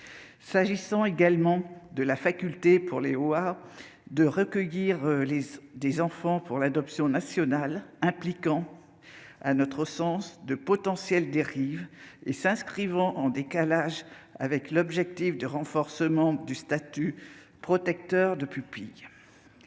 sa filiation. De même, la faculté pour les OAA de recueillir des enfants pour l'adoption nationale comporte à notre sens un risque de dérives et s'inscrit en décalage avec l'objectif de renforcement du statut protecteur de pupille.